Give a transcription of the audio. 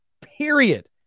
Period